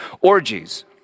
Orgies